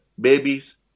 babies